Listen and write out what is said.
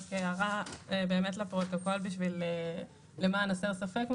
הערה לפרוטוקול למען הסר ספק.